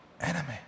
enemy